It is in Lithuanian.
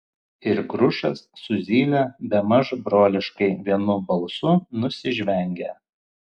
ir grušas su zyle bemaž broliškai vienu balsu nusižvengė